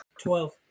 Twelve